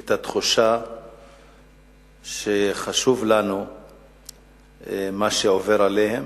את התחושה שמה שעובר עליהם